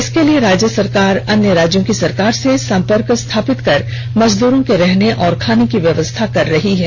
इसके लिए राज्य सरकार अन्य राज्यों की सरकार से संपर्क स्थापित कर मजदूरों के रहने और खाने की व्यवस्था कर रही है